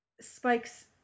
Spike's